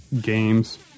games